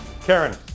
Karen